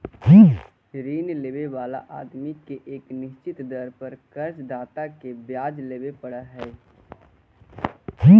ऋण लेवे वाला आदमी के एक निश्चित दर पर कर्ज दाता के ब्याज देवे पड़ऽ हई